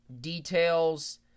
details